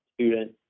student